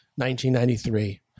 1993